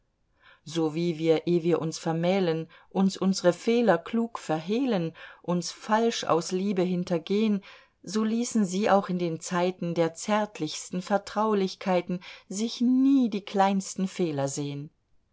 so wie wir eh wir uns vermählen uns unsre fehler klug verhehlen uns falsch aus liebe hintergehn so ließen sie auch in den zeiten der zärtlichsten vertraulichkeiten sich nie die kleinsten fehler sehn